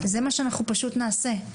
זה מה שאנחנו פשוט נעשה.